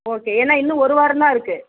okay ஏன்னால் இன்னும் ஒரு வாரம் தான் இருக்குது